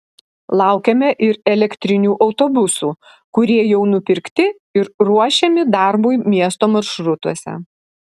laukiame ir elektrinių autobusų kurie jau nupirkti ir ruošiami darbui miesto maršrutuose